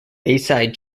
bayside